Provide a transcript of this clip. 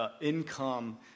income